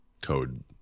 code